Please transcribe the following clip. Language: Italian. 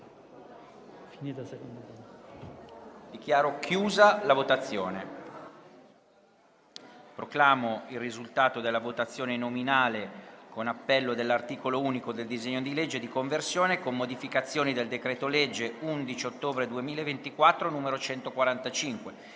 Dichiaro chiusa la votazione. Proclamo il risultato della votazione nominale con appello dell'articolo unico del disegno di legge n. 1310, di conversione in legge, con modificazioni, del decreto-legge 11 ottobre 2024, n. 145,